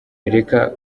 reka